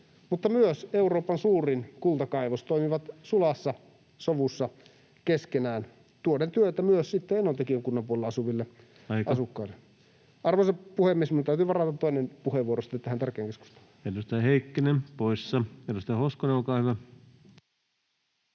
mutta myös Euroopan suurin kultakaivos toimivat sulassa sovussa keskenään tuoden työtä myös sitten Enontekiön kunnan puolella asuville asukkaille. [Puhemies: Aika!] Arvoisa puhemies! Minun täytyy varata toinen puheenvuoro sitten tähän tärkeään keskusteluun. Edustaja Heikkinen poissa. — Edustaja Hoskonen, olkaa hyvä.